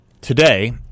today